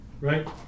Right